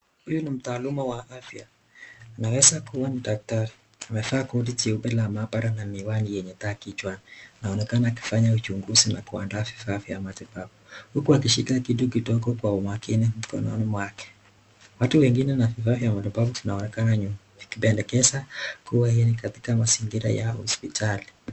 Huyu ni mtaaluma wa afya anaweza kua ni daktari ,amevaa koti jeupe la maabara na miwani yenye taa kichwani, anaonekana akifanya uchunguzi na kuandaa vifaa vya matibabu huku akishika kitu kidogo kwa umakini mkononi mwake. Watu wengine na vifaa vya matibabu vinaonekana vikipendekeza kua hii ni katika mazingira ya hospitali.